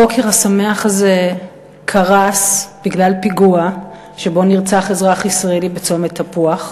הבוקר השמח הזה קרס בגלל פיגוע שבו נרצח אזרח ישראלי בצומת תפוח.